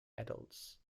adults